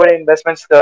investments